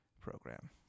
program